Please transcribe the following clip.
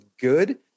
good